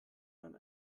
man